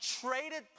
traded